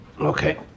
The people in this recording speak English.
Okay